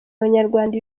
abanyarwanda